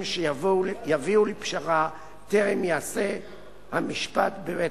שיביאו לפשרה טרם ייעשה המשפט בבית-המשפט.